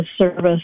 service